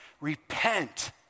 repent